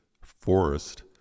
forest